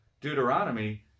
Deuteronomy